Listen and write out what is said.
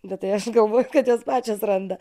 bet tai aš galvoju kad jos pačios randa